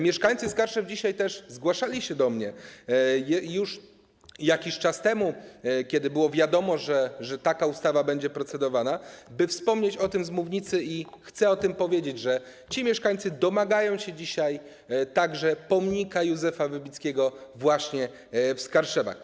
Mieszkańcy Skarszew dzisiaj zgłaszali się do mnie - i już jakiś czas temu, kiedy było wiadomo, że taka ustawa będzie procedowana - by wspomnieć o tym z mównicy, i chcę o tym powiedzieć, że ci mieszkańcy domagają się także pomnika Józefa Wybickiego, właśnie w Skarszewach.